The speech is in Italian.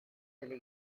delle